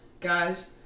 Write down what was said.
guys